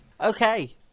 okay